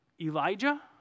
Elijah